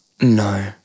No